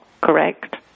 correct